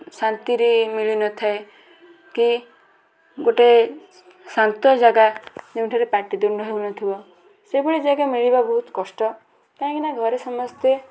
ଶାନ୍ତିରେ ମିଳିନଥାଏ କି ଗୋଟେ ଶାନ୍ତ ଜାଗା ଯେଉଁଠାରେ ପାଟିତୁଣ୍ଡ ହେଉନଥିବ ସେଭଳି ଜାଗା ମିଳିବା ବହୁତ କଷ୍ଟ କାହିଁକିନା ଘରେ ସମସ୍ତେ